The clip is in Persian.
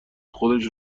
خودش